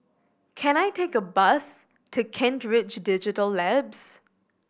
can I take a bus to Kent Ridge Digital Labs